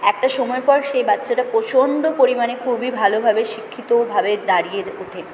একটা সময় পর সেই বাচ্চাটা প্রচণ্ড পরিমাণে খুবই ভালোভাবে শিক্ষিতভাবে দাঁড়িয়ে যে ওঠে